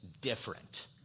different